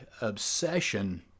obsession